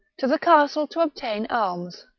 to the castle to obtain alms.